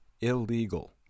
illegal